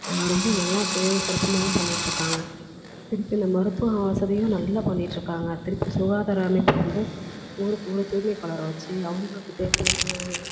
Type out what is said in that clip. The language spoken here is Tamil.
ரொம்பவும் நல்லா சீரும் சிறப்புமாகவும் பண்ணிட்டிருக்காங்க திருப்பி இந்த மருத்துவ வசதியும் நல்லா பண்ணிட்டிருக்காங்க திருப்பி சுகாதார அமைப்பு வந்து ஒரு ஒரு தூய்மைபாளர வச்சு அவங்களுக்கு தேவையான